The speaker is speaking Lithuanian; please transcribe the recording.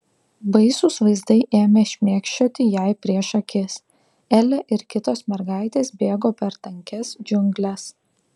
baisūs vaizdai ėmė šmėkščioti jai prieš akis elė ir kitos mergaitės bėgo per tankias džiungles